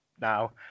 now